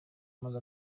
maze